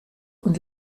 und